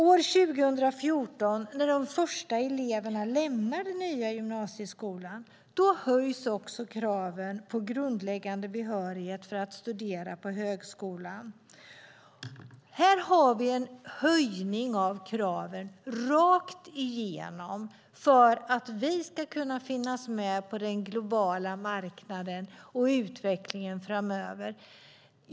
År 2014, när de första eleverna lämnar den nya gymnasieskolan, höjs kraven på grundläggande behörighet för att studera på högskolan. Här har vi en höjning av kraven rakt igenom för att vi ska kunna finnas med på den globala marknaden och utvecklingen framöver.